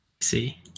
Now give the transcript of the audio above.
see